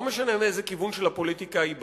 לא משנה מאיזה כיוון של הפוליטיקה היא באה,